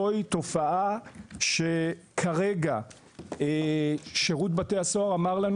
זוהי תופעה שכרגע שירות בתי הסוהר אמר לנו